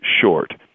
short